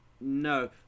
No